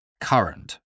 Current